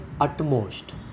utmost